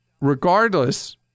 regardless